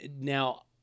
Now